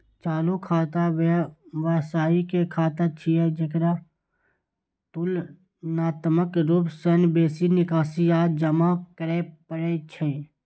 चालू खाता व्यवसायी के खाता छियै, जेकरा तुलनात्मक रूप सं बेसी निकासी आ जमा करै पड़ै छै